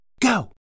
Go